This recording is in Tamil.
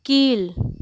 கீழ்